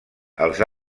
els